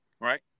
Right